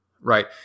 right